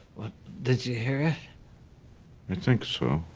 but did you hear it? i think so.